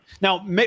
Now